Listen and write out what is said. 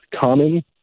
common